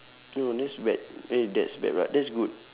oh that's bad eh that's bad what that's good